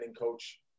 coach